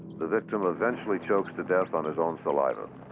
the victim eventually chokes to death on his own saliva.